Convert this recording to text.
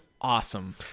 awesome